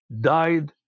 died